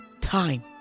time